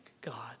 God